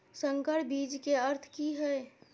संकर बीज के अर्थ की हैय?